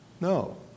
No